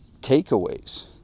takeaways